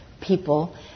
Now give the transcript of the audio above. people